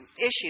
issues